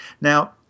now